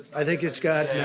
i think it's got.